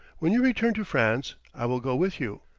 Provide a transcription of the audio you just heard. when you return to france, i will go with you.